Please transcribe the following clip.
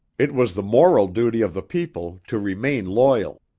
it was the moral duty of the people to remain loyal.